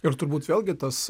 ir turbūt vėlgi tas